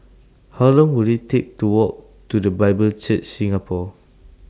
How Long Will IT Take to Walk to The Bible Church Singapore